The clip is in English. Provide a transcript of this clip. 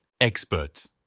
Experts